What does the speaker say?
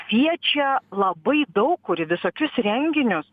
kviečia labai daug kur į visokius renginius